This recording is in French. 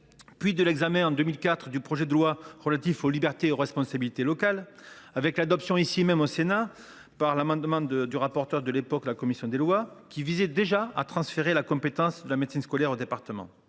lors de l’examen en 2004 du projet de loi relatif aux libertés et responsabilités locales, avec l’adoption ici au Sénat d’un amendement du rapporteur de la commission des lois visant déjà à transférer la compétence de la médecine scolaire aux départements.